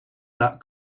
that